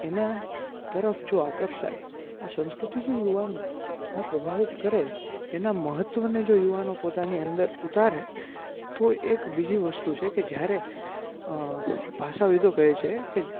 એના તરફ જો આકર્ષાય આ સંસ્કૃતિ જો યુવાનોને જો પ્રભાવિત કરે એના મહત્વને જો યુવાનો પોતાની અંદર ઉતારે તો એક બીજી વસ્તુ છે કે જ્યારે ભાષાવિદો કહે છે કે